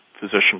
physician